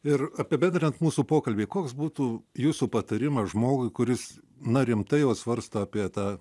ir apibendrinant mūsų pokalbį koks būtų jūsų patarimas žmogui kuris na rimtai svarsto apie tą